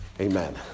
Amen